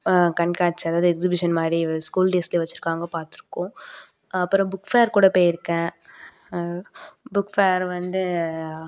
கண்காட்சி அதாவது எக்ஸிபிஸன் மாதிரி ஸ்கூல் டேஸில் வச்சுருக்காங்க பாத்திருக்கோம் அப்புறம் புக் ஃபேர் கூட போய்ருக்கேன் புக் ஃபேர் வந்து